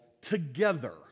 Together